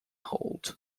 hold